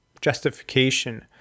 justification